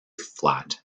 flat